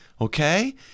Okay